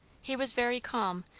he was very calm,